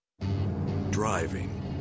Driving